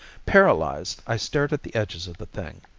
paralyzed, i stared at the edges of the thing.